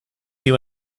you